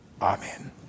Amen